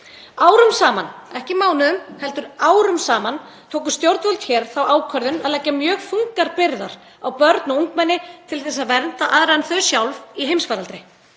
Árum saman, ekki mánuðum heldur árum saman, tóku stjórnvöld hér þá ákvörðun að leggja mjög þungar byrðar á börn og ungmenni til að vernda aðra en þau sjálf í heimsfaraldri.